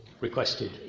requested